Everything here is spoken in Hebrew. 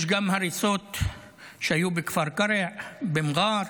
יש גם הריסות שהיו בכפר קרע, במע'אר,